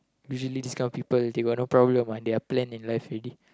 usually this kind of people they got no problem ah they are plan in life already